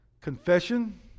Confession